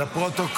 27),